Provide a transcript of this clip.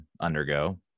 undergo